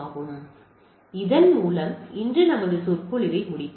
எனவே இதன் மூலம் இன்று நமது சொற்பொழிவை முடிப்போம்